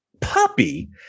puppy